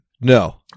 no